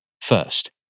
First